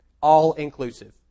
All-inclusive